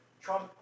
Trump